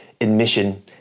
admission